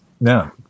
No